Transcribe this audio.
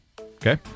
okay